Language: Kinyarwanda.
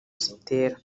zitera